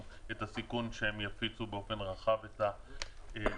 את הסיכון שהם יפיצו באופן רחב את הנגיף.